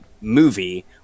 movie